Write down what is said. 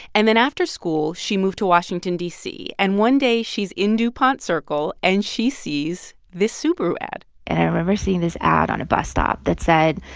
and then after school, she moved to washington, d c. and one day, she's in dupont circle, and she sees this subaru ad and i remember seeing this ad on a bus stop that said,